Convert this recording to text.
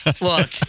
Look